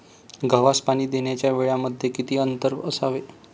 गव्हास पाणी देण्याच्या वेळांमध्ये किती अंतर असावे?